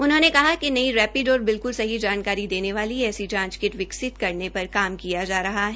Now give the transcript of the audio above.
उन्होंने कहा कि नई रेपिड और बिल्कुल सही जानकारी देने वाली ऐसी जांच किट विकसित करने पर काम किया जा रहा है